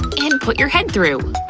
and put your head through.